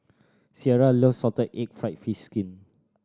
Cierra loves salted egg fried fish skin